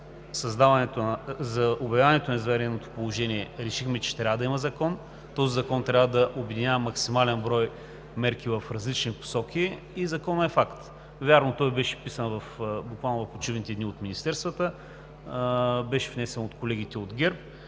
за обявяване на извънредното положение, решихме, че трябва да има закон. Този закон трябва да обединява максимален брой мерки в различни посоки и той е факт. Вярно, той беше писан буквално в почивните дни от министерствата, беше внесен от колегите от ГЕРБ